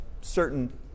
certain